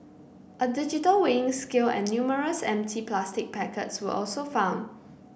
a digital weighing scale and numerous empty plastic packets were also found